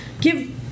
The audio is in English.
give